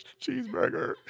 cheeseburger